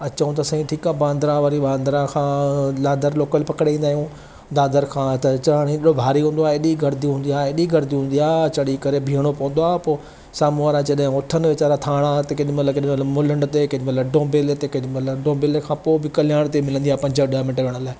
अचूं त साईं ठीकु आहे बांद्रा वरी बांद्रा खां दादर लोकल पकिड़ींदा आहियूं दादर खां त चढ़ण ई एॾो भारी हूंदो एॾी गर्दी हूंदी आहे एॾी गर्दी हूंदी आहे चढ़ी करे बीहणो पवंदो आहे पोइ साम्हूं वारा जॾहिं उथनि वेचारा ठाणा त केॾीमहिल केॾीमहिल मुलुंड ते केॾीमहिल डोंबेले ते केॾीमहिल डोंबेले खां पोइ बि कल्याण ते मिलंदी आहे पंज ॾह मिंट विहण लाइ